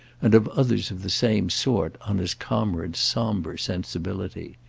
and of others of the same sort, on his comrade's sombre sensibility.